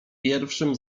pierwszym